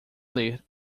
ler